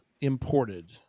imported